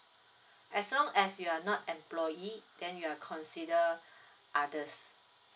as long as you are not employee then you're considered others